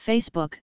Facebook